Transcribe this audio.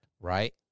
Right